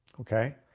Okay